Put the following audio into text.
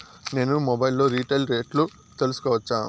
నేను మొబైల్ లో రీటైల్ రేట్లు తెలుసుకోవచ్చా?